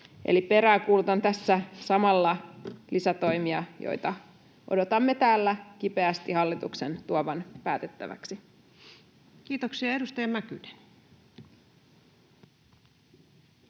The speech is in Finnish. peräänkuulutan tässä samalla lisätoimia, joita kipeästi odotamme täällä hallituksen tuovan päätettäviksi. Kiitoksia. — Edustaja Mäkynen.